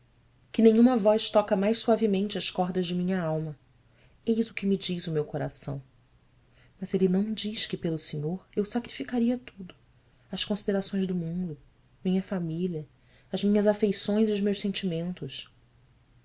que nenhuma voz toca mais suavemente as cordas de minha alma eis o que me diz o meu coração mas ele não diz que pelo senhor eu sacrificaria tudo as considerações do mundo minha família as minhas afeições e os meus sentimentos